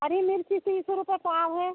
हरी मिर्च तीस रुपये पाव है